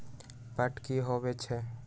Fat की होवछै?